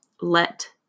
let